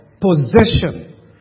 possession